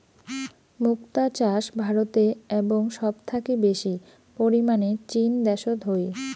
মুক্তা চাষ ভারতে এবং সব থাকি বেশি পরিমানে চীন দ্যাশোত হই